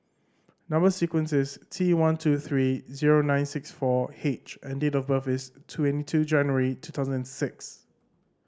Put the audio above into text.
number sequence is T one two three zero nine six four H and date of birth is twenty two January two thousand and six